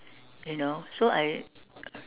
you know so I